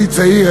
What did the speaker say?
אני צעיר,